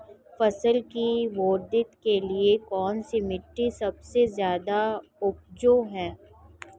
फसल की वृद्धि के लिए कौनसी मिट्टी सबसे ज्यादा उपजाऊ है?